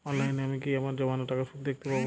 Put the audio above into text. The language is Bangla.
অনলাইনে আমি কি আমার জমানো টাকার সুদ দেখতে পবো?